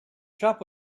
shop